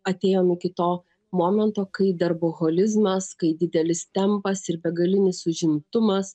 atėjom iki to momento kai darboholizmas kai didelis tempas ir begalinis užimtumas